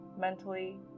mentally